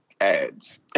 ads